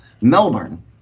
Melbourne